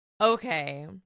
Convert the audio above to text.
Okay